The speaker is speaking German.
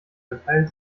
verteilt